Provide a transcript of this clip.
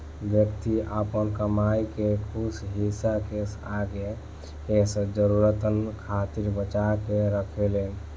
व्यक्ति आपन कमाई के कुछ हिस्सा के आगे के जरूरतन खातिर बचा के रखेलेन